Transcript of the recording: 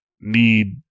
need